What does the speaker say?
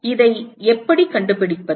இதை எப்படி கண்டுபிடிப்பது